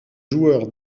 joueur